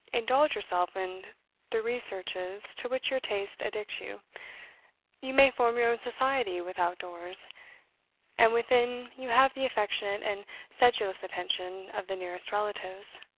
indulge yourself in the researches to which your taste addicts you you may form your own society without doors and within you have the affectionate and sedulous attention of the nearest relatives.